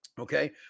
okay